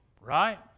Right